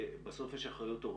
שבסוף יש אחריות הורית,